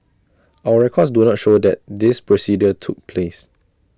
our records do not show that this procedure took place